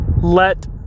let